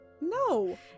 No